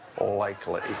likely